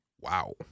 wow